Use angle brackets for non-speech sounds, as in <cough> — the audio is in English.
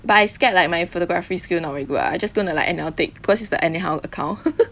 but I scared like my photography skill not very good ah I just gonna like anyhow take cause it's like anyhow account <laughs>